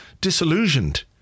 disillusioned